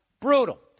Brutal